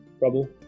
Rubble